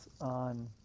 on